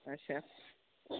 ਅੱਛਾ